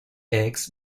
eggs